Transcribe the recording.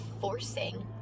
forcing